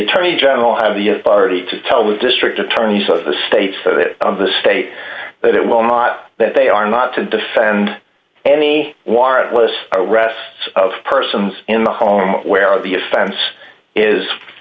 attorney general have the authority to tell the district attorneys of the state so that the state that it will not that they are not to defend any warrantless arrests of persons in the home where the offense